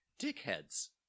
Dickhead's